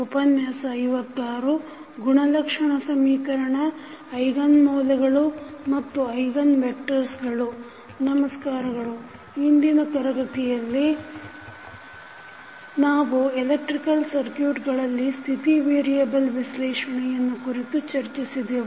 ಉಪನ್ಯಾಸ 56 ಗುಣಲಕ್ಷಣ ಸಮೀಕರಣ ಐಗನ್ ಮೌಲ್ಯಗಳು ಮತ್ತು ಐಗನ್ ವೆಕ್ಟರ್ಸಗಳು ನಮಸ್ಕಾರಗಳು ಹಿಂದಿನ ತರಗತಿಯಲ್ಲಿ ನಾವು ಎಲೆಕ್ಟ್ರಿಕಲ್ ಸರ್ಕ್ಯೂಟ್ಗಳಲ್ಲಿ ಸ್ಥಿತಿ ವೇರಿಯೆಬಲ್ ವಿಶ್ಲೇಷಣೆಯನ್ನು ಕುರಿತು ಚರ್ಚಿಸಿದೆವು